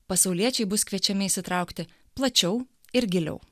pasauliečiai bus kviečiami įsitraukti plačiau ir giliau